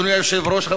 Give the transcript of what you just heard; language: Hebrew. אדוני היושב-ראש,